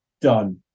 done